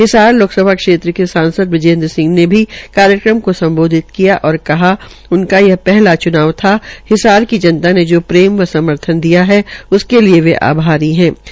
हिसार लोकसभा क्षेत्र के सांसद बजेन्द्र सिंह ने भी कार्यक्रम को सम्बोधित किया और कहा उनका यह पहला च्नाव था हिसार की जनता ने जो प्रेम व समर्थन दिया उसके लिये वे आभारी हूं